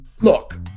Look